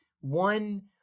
one